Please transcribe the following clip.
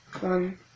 One